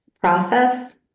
process